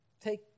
take